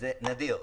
זה נדיר.